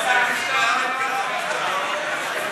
ההסתייגות (22)